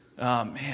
Man